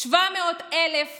700,000 שקלים.